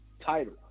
title